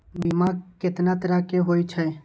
बीमा केतना तरह के हाई छै?